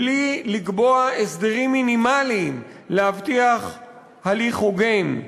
בלי לקבוע הסדרים מינימליים להבטחת הליך הוגן,